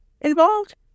involved